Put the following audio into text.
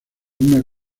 una